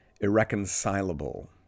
irreconcilable